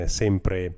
sempre